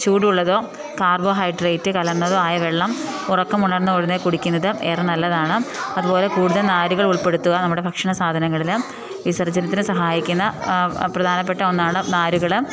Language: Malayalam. ചൂടുള്ളതോ കാർബോഹൈഡ്രേറ്റ് കലർന്നതോ ആയ വെള്ളം ഉറക്കം ഉണർന്ന ഉടനെ കുടിക്കുന്നത് ഏറെ നല്ലതാണ് അതുപോലെ കൂടുതൽ നാരുകൾ ഉൾപ്പെടുത്തുക നമ്മുടെ ഭക്ഷണ സാധനങ്ങളിൽ വിസർജനത്തിന് സഹായിക്കുന്ന പ്രധാനപ്പെട്ട ഒന്നാണ് നാരുകൾ